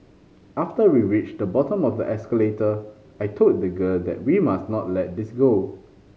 after we reached the bottom of the escalator I told the girl that we must not let this go